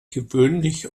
gewöhnlich